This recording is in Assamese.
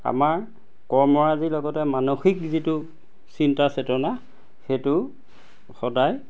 আমাৰ কৰ্মৰাজিৰ লগতে মানসিক যিটো চিন্তা চেতনা সেইটো সদায়